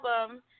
album